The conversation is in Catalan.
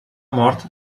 mort